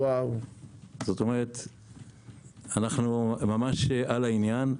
אנחנו ממש על העניין.